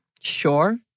sure